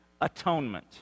Atonement